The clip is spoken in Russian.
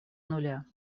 нуля